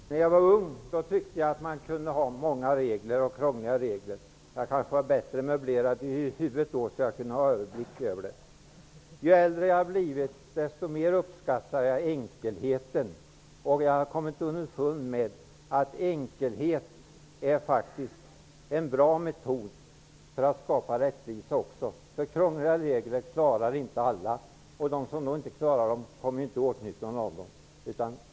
Herr talman! När jag var ung tyckte jag att man kunde ha många och krångliga regler. Jag kanske var bättre möblerad i huvudet då, så att jag kunde ha överblick över dem. Ju äldre jag har blivit, desto mer uppskattar jag enkelheten. Jag har kommit underfund med att enkelhet faktiskt är en bra regel också när det gäller att skapa rättvisa. Alla människor förstår inte krångliga regler, och de som inte förstår reglerna kommer inte i åtnjutande av dem.